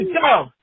go